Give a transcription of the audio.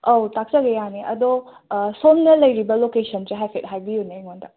ꯑꯥꯎ ꯇꯥꯛꯆꯒꯦ ꯌꯥꯅꯤ ꯑꯗꯣ ꯁꯣꯝꯅ ꯂꯩꯔꯤꯕ ꯂꯣꯀꯦꯁꯟꯁꯦ ꯍꯥꯏꯐꯦꯠ ꯍꯥꯏꯕꯤꯌꯨꯅꯦ ꯑꯩꯉꯣꯟꯗ